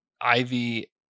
Ivy